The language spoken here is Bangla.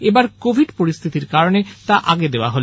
এবার কোভিড পরিস্হিতির কারণে তা আগে দেওয়া হল